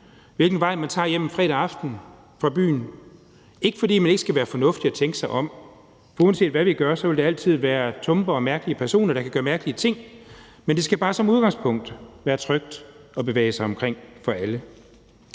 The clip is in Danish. hvilken vej man tager hjem en fredag aften fra byen – ikke fordi man ikke skal være fornuftig og tænke sig om, for uanset hvad vi gør, vil der altid være tumper og mærkelige personer, der kan gøre mærkelige ting, men det skal bare som udgangspunkt være trygt for alle at bevæge sig omkring. Og jeg